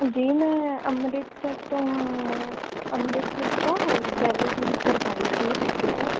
ਜੀ ਮੈਂ ਅੰਮ੍ਰਿਤਸਰ ਤੋਂ ਅੰਮ੍ਰਿਤਸਰ ਤੋਂ ਡੈਲੀ ਦੀ ਕਰਵਾਈ ਸੀ ਟਿਕਟ